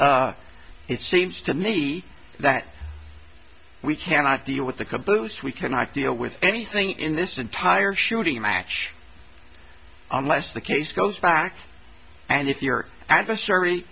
it seems to me that we cannot deal with the caboose we cannot deal with anything in this entire shooting match unless the case goes back and if your adversary